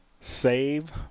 Save